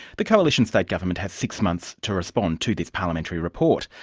the coalition state government had six months to respond to this parliamentary report.